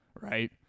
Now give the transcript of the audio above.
Right